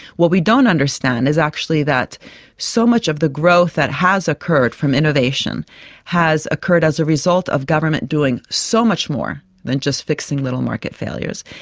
what we don't understand is actually that so much of the growth that has occurred from innovation has occurred as a result of government doing so much more than just fixing little market failures.